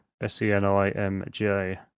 S-E-N-I-M-J